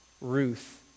Ruth